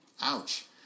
ouch